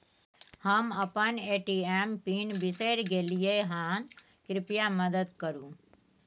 हम अपन ATM PIN बिसरि गलियै हन, कृपया मदद करु